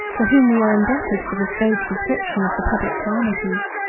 to whom we are indebted for this vague description of the public calamities,